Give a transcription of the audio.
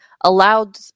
allowed